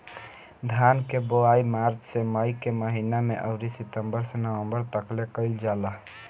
धान के बोआई मार्च से मई के महीना में अउरी सितंबर से नवंबर तकले कईल जाला